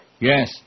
Yes